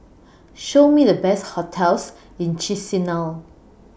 Show Me The Best hotels in Chisinau